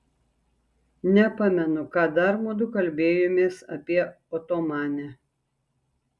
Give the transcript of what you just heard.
nepamenu ką dar mudu kalbėjomės apie otomanę